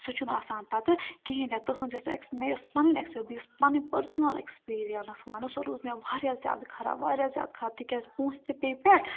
سُہ چھُنہٕ آسان پَتہٕ کِہیٖنۍ تہِ تُہٕنٛز یُس سُہ اٮ۪کٕس مےٚ یۄس پَنٕنۍ اٮ۪کٕسپی بہٕ یُس پَنٕنۍ پٔرسٕنَل اٮ۪کٕسپیٖریَنٕس وَنہٕ سۄ روٗز مےٚ واریاہ زیادٕ خراب واریاہ زیادٕ خراب تِکیٛازِ پونٛسہٕ تہِ پیٚیہِ پٮ۪ٹھ